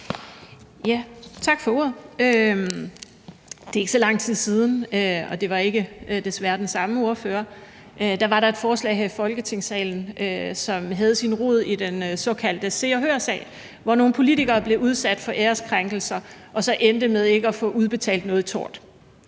Tak for ordet. Det er ikke så lang tid siden, at der var et forslag her i Folketingssalen – og der var det desværre ikke den samme ordfører – som havde sin rod i den såkaldte Se og Hør-sag, hvor nogle politikere blev udsat for æreskrænkelser og endte med ikke at få udbetalt noget i